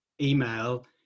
email